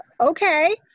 okay